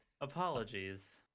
Apologies